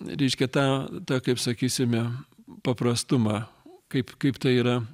reiškia tą tą kaip sakysime paprastumą kaip kaip tai yra